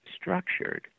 structured